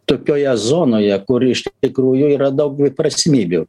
tokioje zonoje kur iš tikrųjų yra daug dviprasmybių